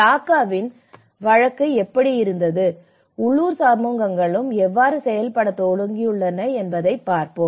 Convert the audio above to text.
டாக்காவின் வழக்கு எப்படி இருந்தது உள்ளூர் சமூகங்களும் எவ்வாறு செயல்படத் தொடங்கியுள்ளன என்பதைப் பார்ப்போம்